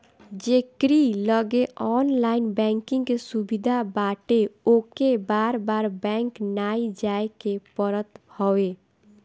जेकरी लगे online banking के सुविधा बाटे ओके बार बार बैंक नाइ जाए के पड़त हवे